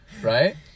right